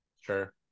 Sure